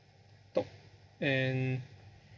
talked and